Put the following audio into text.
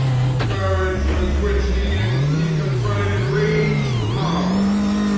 the courage with which he and he confronted enraged mobs